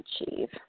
achieve